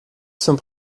sont